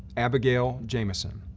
abigail jamison.